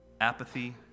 apathy